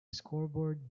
scoreboard